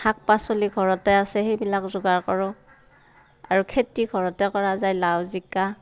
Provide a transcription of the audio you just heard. শাক পাচলি ঘৰতে আছে সেইবিলাক যোগাৰ কৰোঁ আৰু খেতি ঘৰতে কৰা যায় লাও জিকা